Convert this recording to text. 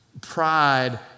pride